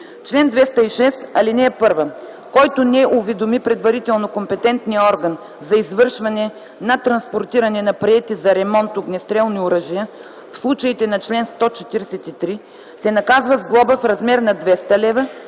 чл. 206: „Чл. 206. (1) Който не уведоми предварително компетентния орган за извършване на транспортиране на приети за ремонт огнестрелни оръжия в случаите на чл. 143, се наказва с глоба в размер на 200 лв.